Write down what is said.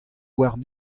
warn